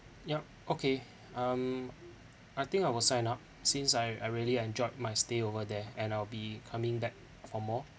yup okay um I think I will sign up since I I really enjoyed my stay over there and I'll be coming back for more